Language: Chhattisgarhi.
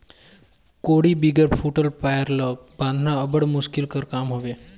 कोड़ी बिगर फूटल पाएर ल बाधना अब्बड़ मुसकिल कर काम हवे